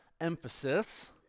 emphasis